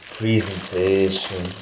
presentation